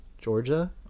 georgia